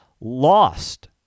lost